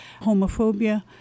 homophobia